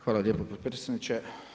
Hvala lijepa potpredsjedniče.